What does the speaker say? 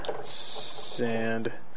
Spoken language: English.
sand